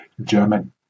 German